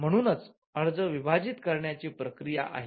म्हणूनचअर्ज विभाजित करण्याची प्रक्रिया आहे